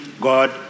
God